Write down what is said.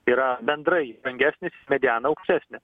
yra bendrai brangesnį medianą aukštesnį